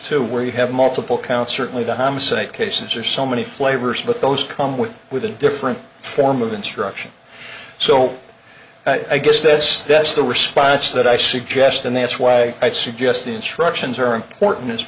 too where you have multiple counts certainly the homicide cases are so many flavors but those come with with a different form of instruction so i guess this that's the response that i suggest and that's why i suggest the instructions are important as